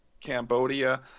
Cambodia